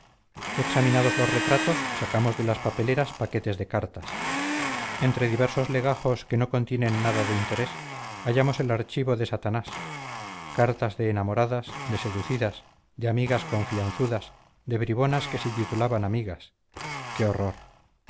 examinados los retratos sacamos de las papeleras paquetes de cartas entre diversos legajos que no contienen nada de interés hallamos el archivo de satanás cartas de enamoradas de seducidas de amigas confianzudas de bribonas que se titulaban amigas qué horror